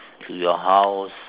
to your house